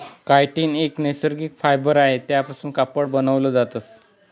chitin एक नैसर्गिक fibre आहे त्यापासून कापड बनवले जाते